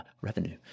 revenue